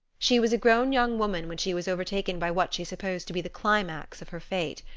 she was a grown young woman when she was overtaken by what she supposed to be the climax of her fate.